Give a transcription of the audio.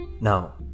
now